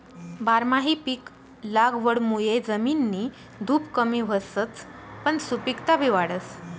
बारमाही पिक लागवडमुये जमिननी धुप कमी व्हसच पन सुपिकता बी वाढस